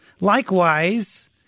likewise